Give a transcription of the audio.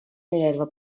minerva